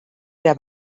era